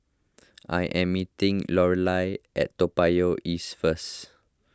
I am meeting Lorelai at Toa Payoh East first